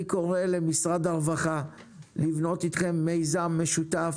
אני קורא למשרד הרווחה לבנות איתכם מיזם משותף,